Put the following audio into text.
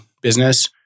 business